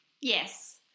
Yes